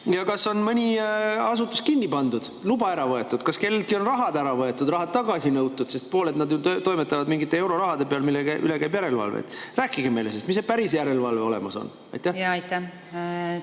Kas on mõni asutus kinni pandud, luba ära võetud? Kas kelleltki on raha ära võetud, raha tagasi nõutud? Pooled neist toimetavad mingite eurorahade peal, mille üle käib järelevalve. Rääkige meile sellest, milline päris järelevalve olemas on. Aitäh!